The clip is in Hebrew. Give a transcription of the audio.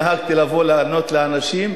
נהגתי לבוא לענות לאנשים,